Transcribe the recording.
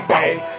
Baby